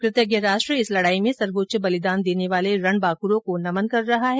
कृतज्ञ राष्ट्र इस लड़ाई में सर्वोच्च बलिदान देने वाले रणबांक्रों को नमन कर रहा है